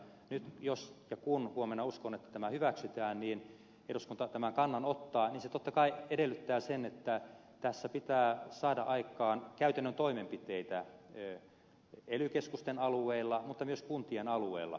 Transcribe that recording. nyt jos ja kun huomenna tämä hyväksytään niin eduskunta tämän kannan ottaa ja se totta kai edellyttää sen että pitää saada aikaan käytännön toimenpiteitä ely keskusten alueella mutta myös kuntien alueella